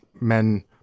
men